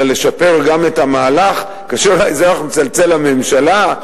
אלא לשפר גם את המהלך כאשר האזרח מצלצל לממשלה,